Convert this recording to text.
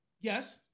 Yes